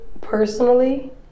personally